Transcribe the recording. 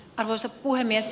arvoisa puhemies